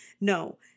No